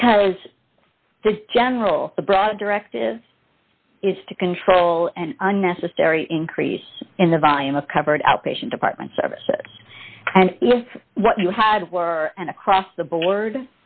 because the general broad directive is to control an unnecessary increase in the volume of covered outpatient department services and if what you had were and across the